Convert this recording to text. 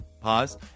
pause